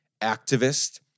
activist